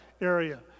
area